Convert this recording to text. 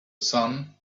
sun